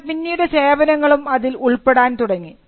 എന്നാൽ പിന്നീട് സേവനങ്ങളും അതിൽ ഉൾപ്പെടാൻ തുടങ്ങി